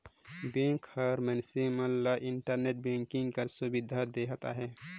bank हर मइनसे मन ल इंटरनेट बैंकिंग कर सुबिधा देहत अहे